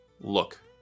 look